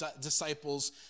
disciples